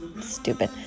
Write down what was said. stupid